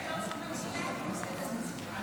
ובמאגר מידע (תיקון מס' 5),